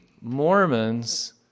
Mormons